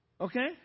Okay